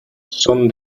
son